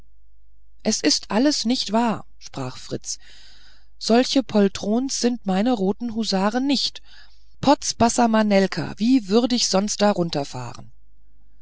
es ist alles nicht wahr sprach fritz solche poltrons sind meine roten husaren nicht potz bassa manelka wie würd ich sonst